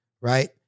Right